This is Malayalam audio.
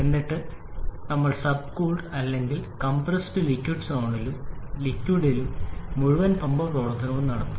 എന്നിട്ട് നമ്മൾ സബ് കൂൾഡ് അല്ലെങ്കിൽ കംപ്രസ്ഡ് ലിക്വിഡ് സോണിലും ലിക്വിഡിലും മുഴുവൻ പമ്പ് പ്രവർത്തനവും നടത്തുന്നു